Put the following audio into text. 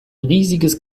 riesiges